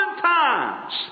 times